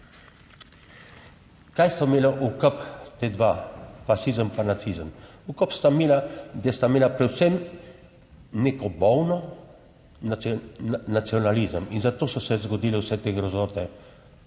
Kaj sta imela "ukup" ta dva, fašizem pa nacizem? "Ukup" sta imela, da sta imela predvsem neko bolno, nacionalizem in zato so se zgodile vse te grozote,